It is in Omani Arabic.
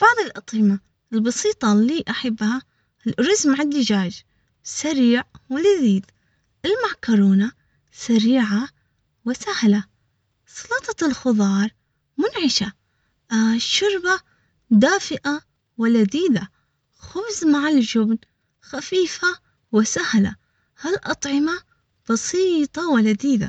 بعض الأطعمة البسيطة اللي أحبها الأرز مع الدجاج سريع ولذيذ، المعكرونة سريعة وسهلة سلطة الخضارمنعشةآه، الشربة دافئةولذيذة، خذ مع الجبن خفيفة.